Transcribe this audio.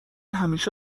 همیشه